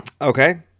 Okay